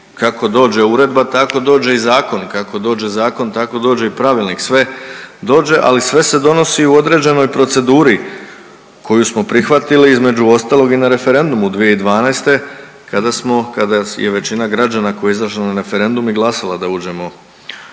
kako dođe uredba tako dođe i zakon, kako dođe zakon tako dođe i pravilnik, sve dođe, ali sve se donosi u određenoj proceduri koju smo prihvatili između ostalog i na referendumu 2012. kada smo, kada je većina građana koja je izašla na referendum i glasala da uđemo